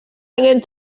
angen